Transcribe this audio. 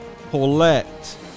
Paulette